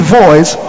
voice